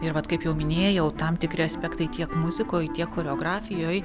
ir vat kaip jau minėjau tam tikri aspektai tiek muzikoj tiek choreografijoj